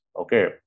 Okay